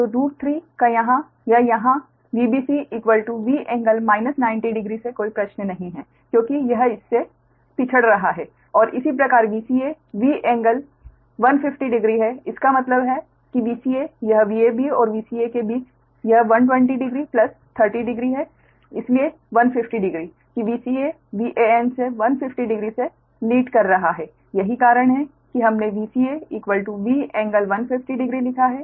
तो √3 का यहाँ या यहाँ Vbc V∟ 90 डिग्री से कोई प्रश्न नहीं है क्योंकि यह इससे पिछड़ रहा है और इसी प्रकार Vca V∟150 डिग्री है इसका मतलब है कि Vca यह Vab और Vca के बीच यह 1200 300 है इसलिए 150 डिग्री कि Vca Van से 150 डिग्री से लीड कर रहा है यही कारण है कि हमने Vca V∟150 डिग्री लिखा है